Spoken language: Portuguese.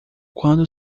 quando